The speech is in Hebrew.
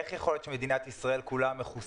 איך יכול להיות שמדינת ישראל כולה מכוסה